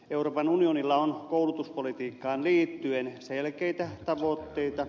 euroopan unionilla on koulutuspolitiikkaan liittyen selkeitä tavoitteita